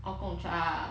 orh Gong Cha